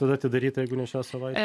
kada atidaryta jeigu ne šią savaitę